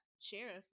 sheriff